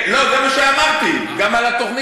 לא, אם זה כבישים הוא לוקח קרדיט.